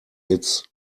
its